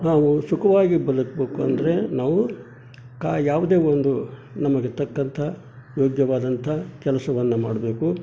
ನಾವು ಸುಖವಾಗಿ ಬದುಕಬೇಕು ಅಂದರೆ ನಾವು ಕಾ ಯಾವುದೇ ಒಂದು ನಮಗೆ ತಕ್ಕಂಥ ಯೋಗ್ಯವಾದಂಥ ಕೆಲಸವನ್ನು ಮಾಡಬೇಕು